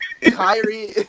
Kyrie